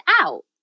out